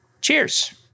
cheers